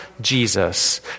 Jesus